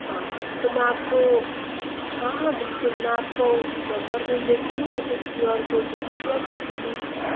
हाँ तो मैं आपको हाँ हाँ बिल्कुल मैं आपको नंबर भेज देती हूँ या तो क्यू आर कोड भेज देती आप किसी भी